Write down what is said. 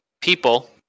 people